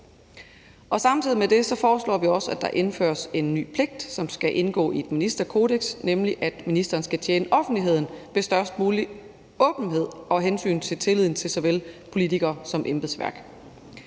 med det forslår vi også, at der indføres en ny pligt, som skal indgå i et ministerkodeks, nemlig at ministeren skal tjene offentligheden ved størst mulig åbenhed og hensyn til tilliden til såvel politikere som embedsværk.